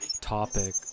topic